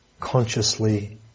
consciously